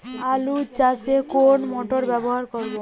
আলু চাষে কোন মোটর ব্যবহার করব?